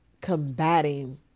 combating